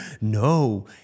no